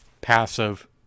passive